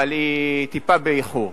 אבל היא טיפה באיחור.